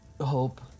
hope